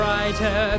Brighter